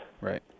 right